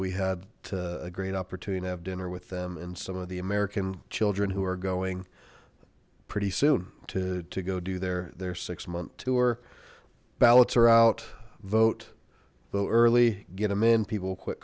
we had a great opportunity to have dinner with them and some of the american children who are going pretty soon to go do their their six month tour ballots are out vote though early get them in people quit